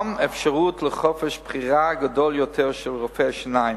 גם אפשרות לחופש בחירה גדול יותר של רופאי השיניים,